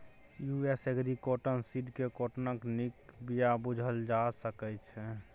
US agri cotton seed केँ काँटनक नीक बीया बुझल जा सकै छै